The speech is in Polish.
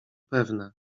pewne